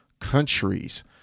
countries